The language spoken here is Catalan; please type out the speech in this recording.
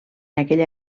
aquella